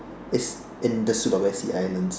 it's in the sulawesi islands